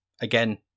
Again